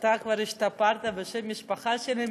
אתה כבר השתפרת בשם המשפחה שלי.